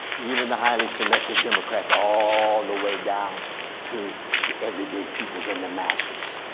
even the highly selective democrat all the way down to the everyday people and the masses.